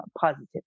positive